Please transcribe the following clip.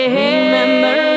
remember